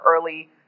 early